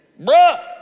Bruh